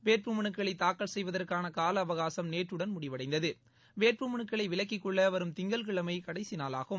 வேட்புமலுக்களை தாக்கல் செய்வதற்கான கால அவகாசம் நேற்றுடன் முடிவடைந்தது வேட்புமனுக்களை விலக்கிக்கொள்ள வரும் திங்கட்கிழமை கடைசி நாளாகும்